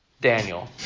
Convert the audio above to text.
daniel